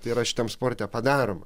tai yra šitam sporte padaroma